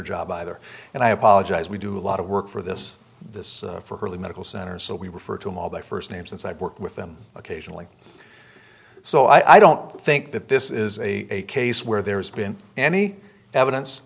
job either and i apologize we do a lot of work for this this for early medical center so we refer to all their first names since i've worked with them occasionally so i don't think that this is a case where there's been any evidence